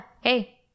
hey